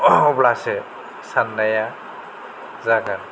अब्लासो साननाया जागोन